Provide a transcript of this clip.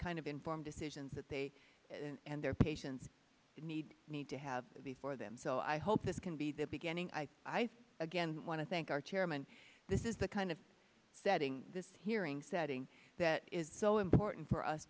kind of informed decisions that they and their patients it needs need to have before them so i hope this can be the beginning i again want to thank our chairman this is the kind of setting this hearing setting that is so important for us